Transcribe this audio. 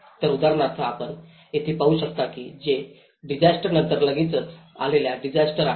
तर उदाहरणार्थ आपण येथे काय पाहू शकता हे डिसास्टरनंतर लगेचच आलेल्या डिसास्टरत आहे